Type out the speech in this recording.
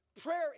Prayer